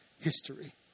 history